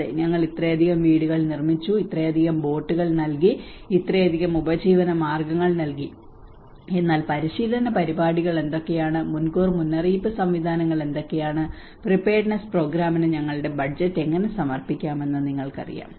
അതെ ഞങ്ങൾ ഇത്രയധികം വീടുകൾ നിർമ്മിച്ചു ഞങ്ങൾ ഇത്രയധികം ബോട്ടുകൾ നൽകി ഇത്രയധികം ഉപജീവനമാർഗങ്ങൾ നൽകി എന്നാൽ പരിശീലന പരിപാടികൾ എന്തൊക്കെയാണ് മുൻകൂർ മുന്നറിയിപ്പ് സംവിധാനങ്ങൾ എന്തൊക്കെയാണ് പ്രീപയേർഡ്നെസ്സ് പ്രോഗ്രാമിന് ഞങ്ങളുടെ ബജറ്റ് എങ്ങനെ സമർപ്പിക്കാമെന്ന് നിങ്ങൾക്കറിയാം